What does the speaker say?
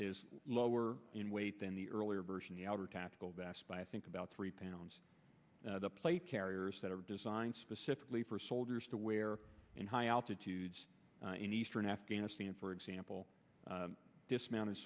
is lower in weight than the earlier version the outer tactical vest by i think about three pounds the plate carriers that are designed specifically for soldiers to wear in high altitudes in eastern afghanistan for example dismounted